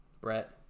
Brett